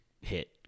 hit